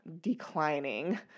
declining